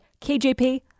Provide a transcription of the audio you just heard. KJP